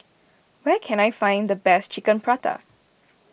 where can I find the best Chicken Pasta